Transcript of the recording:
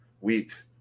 wheat